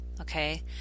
Okay